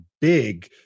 big